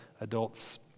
adults